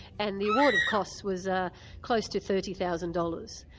and the award of costs was ah close to thirty thousand dollars.